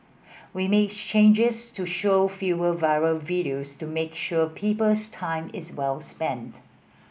we made changes to show fewer viral videos to make sure people's time is well spent